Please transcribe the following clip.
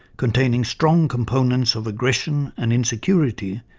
containing strong components of aggression and insecurity,